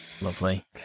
Lovely